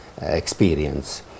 experience